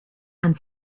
and